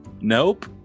Nope